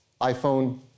iPhone